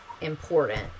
important